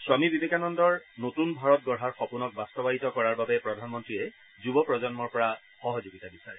স্বামী বিবেকানন্দৰ নতূন ভাৰত গঢ়াৰ সপোনক বাস্তৱায়িত কৰাৰ বাবে প্ৰধানমন্ত্ৰীয়ে যুৱ প্ৰজন্মৰ পৰা সহযোগিতা বিচাৰে